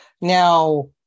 Now